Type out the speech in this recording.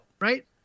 right